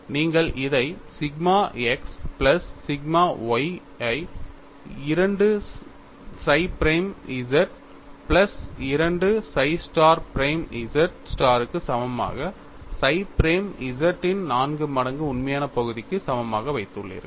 நீங்கள் இதை sigma x plus sigma y ஐ 2 psi prime z plus 2 psi star prime z star க்கு சமமாக psi பிரைம் z இன் 4 மடங்கு உண்மையான பகுதிக்கு சமமாக வைத்துள்ளேர்கள்